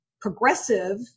progressive